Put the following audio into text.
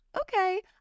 okay